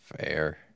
fair